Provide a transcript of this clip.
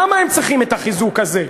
למה הם צריכים את החיזוק הזה?